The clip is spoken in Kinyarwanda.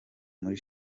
muri